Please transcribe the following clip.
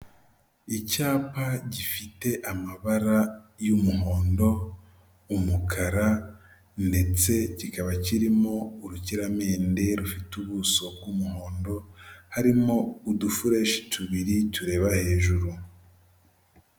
Icyapa gifite amabara y'umuhondo, umukara ndetse kikaba kirimo urukiramende rufite ubuso bw'umuhondo, harimo udufureshi tubiri tureba hejuru.